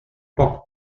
poc